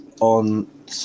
on